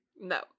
No